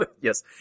Yes